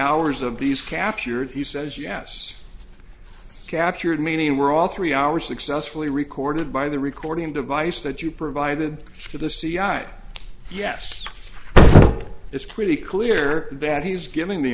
hours of these captured he says yes captured meaning we're all three hours successfully recorded by the recording device that you provided to the cia yes it's pretty clear that he's giving the